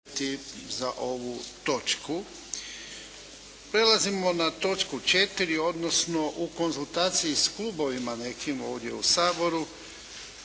Ivan (HDZ)** Prelazimo na točku 4. odnosno u konzultaciji s klubovima nekim ovdje u Saboru,